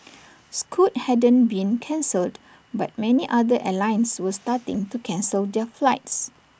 scoot hadn't been cancelled but many other airlines were starting to cancel their flights